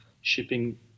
shipping